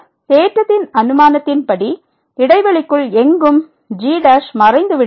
ஆனால் தேற்றத்தின் அனுமானத்தின்படி இடைவெளிக்குள் எங்கும் g மறைந்துவிடாது